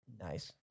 Nice